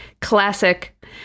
Classic